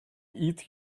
eat